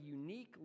unique